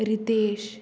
Ritesh